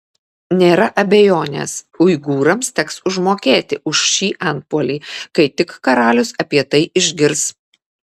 nėra abejonės uigūrams teks užmokėti už šį antpuolį kai tik karalius apie tai išgirs